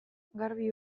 garbi